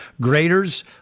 Graders